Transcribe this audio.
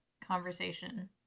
conversation